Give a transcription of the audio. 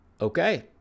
Okay